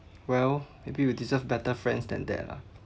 well maybe you deserve better friends than that lah